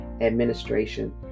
administration